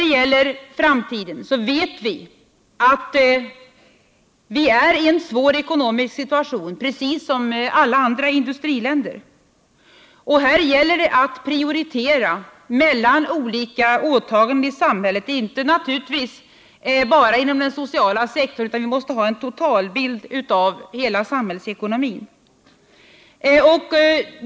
Beträffande framtiden vet vi att vi är i en svår ekonomisk situation, precis som alla andra industriländer. Här gäller det att prioritera mellan olika åtaganden i samhället, naturligtvis inte bara inom den sociala sektorn utan vi måste ha en totalbild av hela samhällsekonomin.